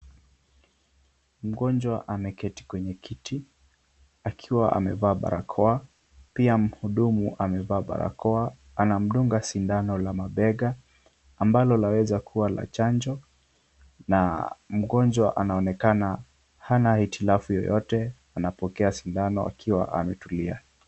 Mgonjwa ameketi kwenye kiti akiwa amevaa barakoa, pia mhudumu amevaa barakoa, anamdunga sindano la mabega ambalo laweza kuwa la chanjo na mgonjwa anaonekana hana hitilafu yoyote anapokea sindano akiwa ametulia.